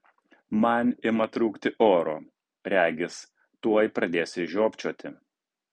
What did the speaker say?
man ima trūkti oro regis tuoj pradėsiu žiopčioti